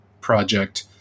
project